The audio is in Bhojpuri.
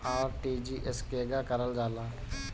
आर.टी.जी.एस केगा करलऽ जाला?